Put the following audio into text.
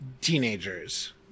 teenagers